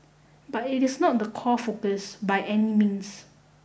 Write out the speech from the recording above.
but it is not the core focus by any means